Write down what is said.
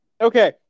okay